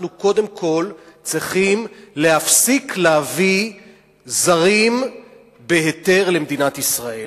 אנחנו קודם כול צריכים להפסיק להביא זרים בהיתר למדינת ישראל,